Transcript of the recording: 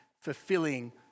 fulfilling